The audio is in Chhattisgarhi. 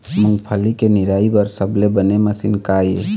मूंगफली के निराई बर सबले बने मशीन का ये?